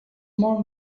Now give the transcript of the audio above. molt